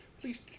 please